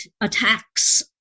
attacks